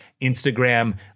Instagram